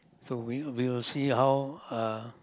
so we will we will see how uh